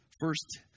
First